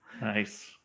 nice